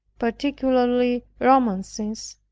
particularly romances,